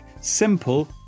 simple